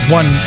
one